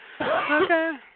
Okay